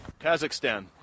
Kazakhstan